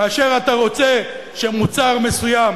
כאשר אתה רוצה שמוצר מסוים